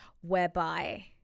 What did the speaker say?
Whereby